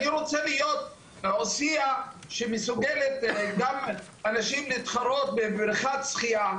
אני רוצה להיות עוספיה שמסוגלת לתת לאנשים להתחרות בבריכת שחייה.